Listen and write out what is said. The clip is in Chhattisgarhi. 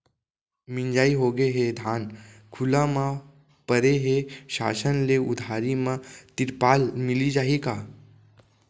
मिंजाई होगे हे, धान खुला म परे हे, शासन ले उधारी म तिरपाल मिलिस जाही का?